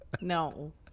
No